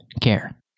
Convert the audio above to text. care